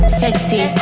sexy